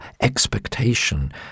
expectation